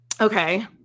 Okay